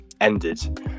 ended